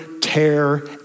tear